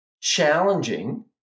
challenging